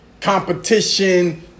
competition